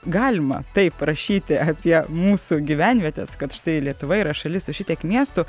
galima taip rašyti apie mūsų gyvenvietes kad štai lietuva yra šalis su šitiek miestų